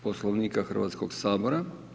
Poslovnika Hrvatskoga sabora.